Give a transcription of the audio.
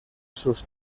sus